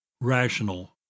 rational